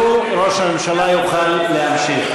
ראש הממשלה יוכל להמשיך.